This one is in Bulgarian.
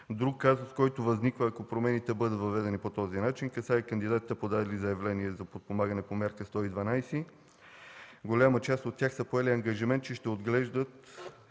Друг казус, който възниква, ако промените бъдат въведени по този начин, касае кандидатите, подали заявления за подпомагане по Мярка 112. Голяма част от тях са поели ангажимент, че ще отглеждат